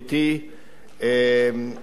הייתי, לפני שנתיים.